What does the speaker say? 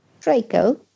Draco